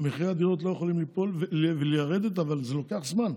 מחירי הדירות לא יכולים לרדת, אבל זה לוקח זמן.